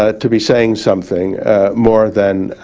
ah to be saying something more than